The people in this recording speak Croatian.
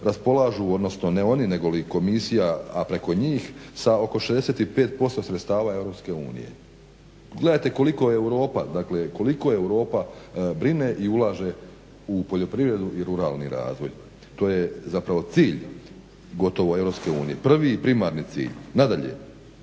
raspolažu odnosno ne oni, nego li komisija a preko njih sa oko 65% sredstava EU. Gledajte koliko je Europa, dakle koliko je Europa brine i ulaže u poljoprivredu i ruralni razvoj. To je zapravo cilj gotovo EU, prvi i primarni cilj. Nadalje,